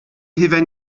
hufen